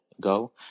go